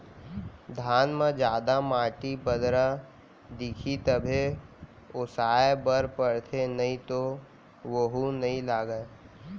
धान म जादा माटी, बदरा दिखही तभे ओसाए बर परथे नइ तो वोहू नइ लागय